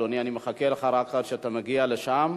אדוני, אני מחכה לך רק עד שאתה מגיע לשם.